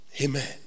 Amen